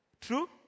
True